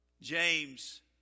James